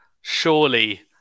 Surely